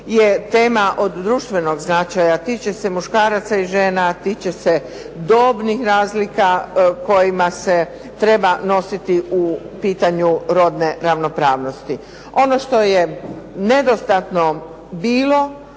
je tema od društvenog značaja. Tiče se muškaraca i žena, tiče se dobnih razlika kojima se treba nositi u pitanju rodne ravnopravnosti. Ono što je nedostatno bilo